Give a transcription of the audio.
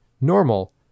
normal